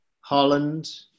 holland